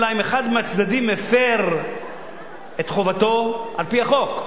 אלא אם כן אחד מהצדדים הפר את חובתו על-פי החוק.